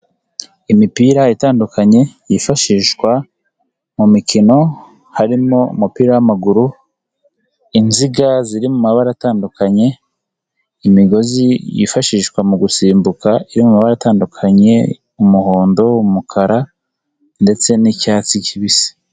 Imipira itandukanye yifashishwa mu mikino harimo umupira w'amaguru, inziga ziri mu mabara atandukanye, imigozi yifashishwa mu gusimbuka iri mu mabara atandukanye: umuhondo, umukara ndetse n'icyatsi kibisi.